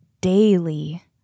daily